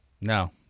No